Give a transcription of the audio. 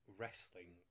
wrestling